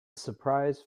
surprise